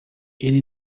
ele